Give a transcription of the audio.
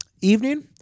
evening